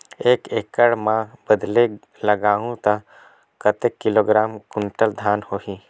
एक एकड़ मां बदले लगाहु ता कतेक किलोग्राम कुंटल धान होही?